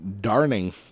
darning